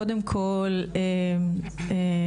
בבקשה.